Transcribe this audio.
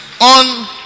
On